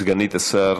סגנית השר